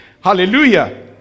hallelujah